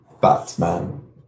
Batman